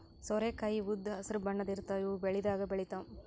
ಸೋರೆಕಾಯಿ ಉದ್ದ್ ಹಸ್ರ್ ಬಣ್ಣದ್ ಇರ್ತಾವ ಇವ್ ಬೆಳಿದಾಗ್ ಬೆಳಿತಾವ್